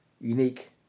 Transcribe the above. unique